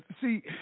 see